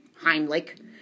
Heimlich